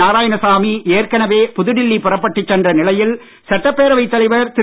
நாராயணசாமி ஏற்கனவே புதுடில்லி புறப்பட்டுச் சென்ற நிலையில் சட்டப்பேரவைத் தலைவர் திரு